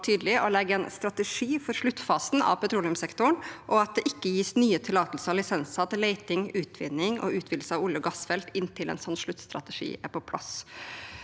å legge en strategi for sluttfasen av petroleumssektoren, og at det ikke gis nye tillatelser og lisenser til leting, utvinning og utvidelse av olje- og gassfelt inntil en sånn sluttstrategi er på plass.